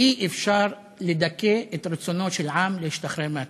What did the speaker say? אי-אפשר לדכא את רצונו של עם להשתחרר מהכיבוש.